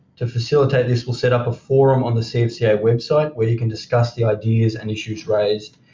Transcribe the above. to facilitate this, we'll set up a forum on the cfca website where you can discuss the ideas and issues raised,